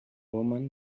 woman